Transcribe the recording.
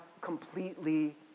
completely